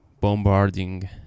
bombarding